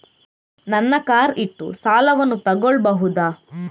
ನನ್ನ ಕಾರ್ ಇಟ್ಟು ಸಾಲವನ್ನು ತಗೋಳ್ಬಹುದಾ?